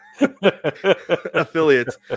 affiliates